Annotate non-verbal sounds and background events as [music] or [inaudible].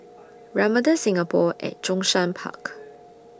[noise] Ramada Singapore At Zhongshan Park